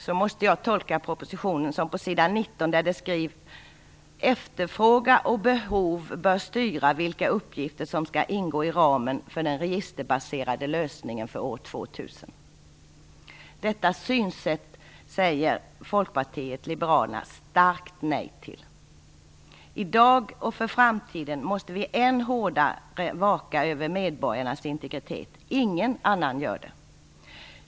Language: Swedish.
Så måste jag tolka det som står på s. 19 i propositionen: "Efterfrågan och behov bör styra vilka uppgifter som skall ingå i ramen för den registerbaserade lösningen för år 2000." Detta synsätt säger Folkpartiet liberalerna starkt nej till. I dag och för framtiden måste vi än hårdare vaka över medborgarnas integritet. Ingen annan gör det.